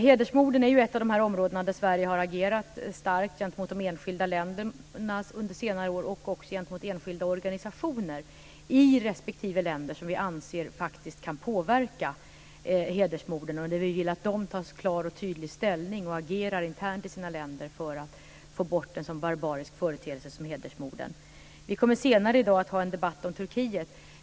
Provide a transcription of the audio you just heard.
Hedersmorden är ett av de områden där Sverige under senare år har agerat starkt gentemot de enskilda länderna och också gentemot enskilda organisationer i respektive länder som vi tror kan påverka detta med hedersmord. Vi vill att dessa organisationer tar klar och tydlig ställning och att de agerar internt i sina länder för att få bort en så barbarisk företeelse som hedersmorden. Vi kommer senare i dag att ha en debatt om Turkiet.